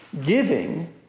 Giving